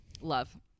Love